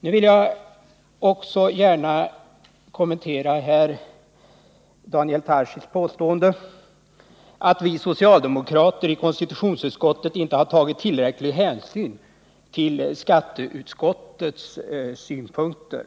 Nu vill jag också gärna kommentera Daniel Tarschys påstående att vi socialdemokrater i konstitutionsutskottet inte har tagit tillräcklig hänsyn till skatteutskottets synpunkter.